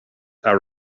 are